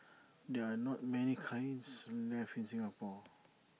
there are not many kilns left in Singapore